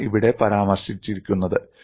അതാണ് ഇവിടെ പരാമർശിച്ചിരിക്കുന്നത്